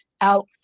out